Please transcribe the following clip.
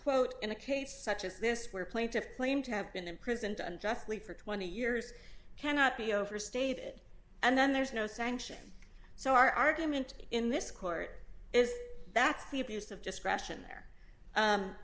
quote in a case such as this where plaintiffs claim to have been imprisoned unjustly for twenty years cannot be overstated and then there's no sanction so our argument in this court is that's the abuse of discretion there